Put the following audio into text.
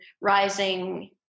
rising